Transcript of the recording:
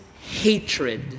hatred